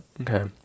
Okay